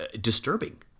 disturbing